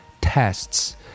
tests